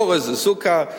אורז זה סוכר.